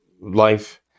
life